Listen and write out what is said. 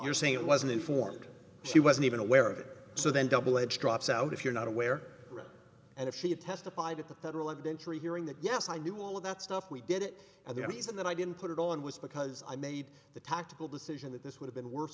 you're saying it wasn't informed she wasn't even aware of it so then double edged drops out if you're not aware and if she testified at the federal adventuring hearing that yes i knew all of that stuff we did it and the reason that i didn't put it on was because i made the tactical decision that this would have been worse